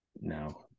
no